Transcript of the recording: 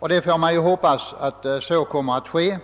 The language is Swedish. Man får ju hoppas att så kommer att ske,